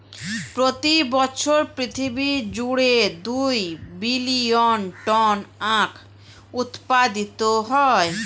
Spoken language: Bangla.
প্রতি বছর পৃথিবী জুড়ে দুই বিলিয়ন টন আখ উৎপাদিত হয়